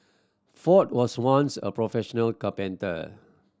ford was once a professional carpenter